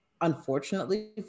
unfortunately